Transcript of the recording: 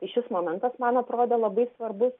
tai šis momentas man atrodė labai svarbus